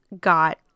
got